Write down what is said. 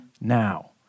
now